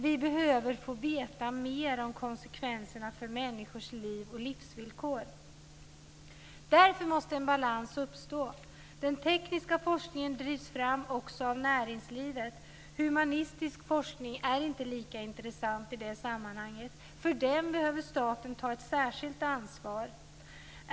Vi behöver få veta mer om konsekvenserna för människors liv och livsvillkor. Därför måste en balans uppstå. Den tekniska forskningen drivs fram också av näringslivet. Humanistisk forskning är inte lika intressant i det sammanhanget. För den behöver staten ta ett särskilt ansvar.